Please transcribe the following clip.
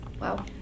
Wow